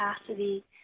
capacity